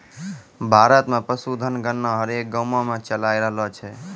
भारत मे पशुधन गणना हरेक गाँवो मे चालाय रहलो छै